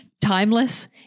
timeless